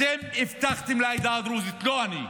אתם הבטחתם לעדה הדרוזית, לא אני,